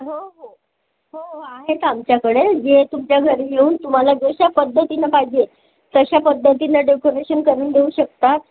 हो हो हो आहेत आमच्याकडे जे तुमच्या घरी येऊन तुम्हाला जशा पद्धतीनं पाहिजे तशा पद्धतीनं डेकोरेशन करून देऊ शकतात